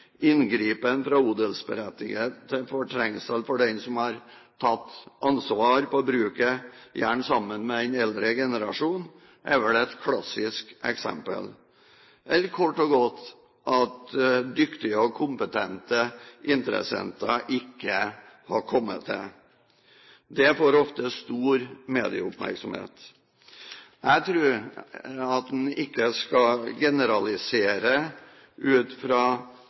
Inngripen fra odelsberettigede til fortrengsel for dem som har tatt ansvar på bruket, gjerne sammen med den eldre generasjonen, er vel et klassisk eksempel, eller kort og godt at dyktige og kompetente interessenter ikke har kommet til. Det får ofte stor medieoppmerksomhet. Jeg tror ikke en skal generalisere ut fra